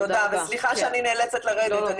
תודה, וסליחה שאני נאלצת לרדת.